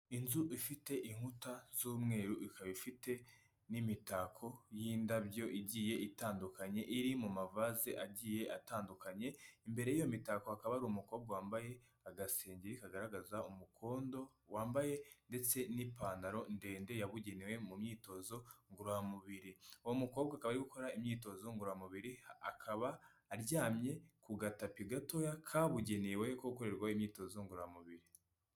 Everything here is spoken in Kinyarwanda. Inzu ifite inkuta z'umweru ikaba ifite n'imitako y'indabyo igiye itandukanye iri mu mavase agiye atandukanye, imbere y'iyo mitako hakaba hari umukobwa wambaye agasengeri kagaragaza umukondo, wambaye ndetse n'ipantaro ndende yabugenewe mu myitozo ngororamubiri. Uwo mukobwa akaba ari gukora imyitozo ngororamubiri akaba aryamye ku gatapi gatoya kabugenewe ko gukorerwaho imyitozo ngororamubiri.